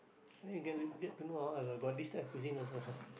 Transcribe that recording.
then you get get to know ah oh got this type of cuisine also ah